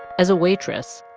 as a waitress,